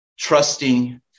Trusting